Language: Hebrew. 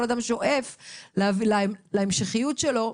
כל אדם שואף להמשכיות שלו,